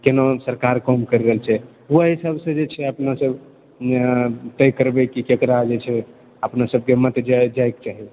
केना सरकार काम करि रहल छै ओहि सबसँ जे छै अपना सब तय करबै कि ककरा जे छै अपना सबके मत जाएके चाही